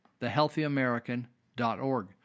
Thehealthyamerican.org